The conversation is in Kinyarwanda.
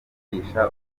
bigisha